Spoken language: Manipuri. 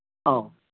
ꯑꯧ